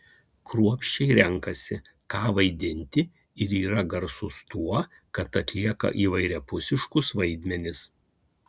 kruopščiai renkasi ką vaidinti ir yra garsus tuo kad atlieka įvairiapusiškus vaidmenis